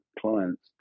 clients